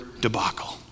debacle